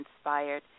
Inspired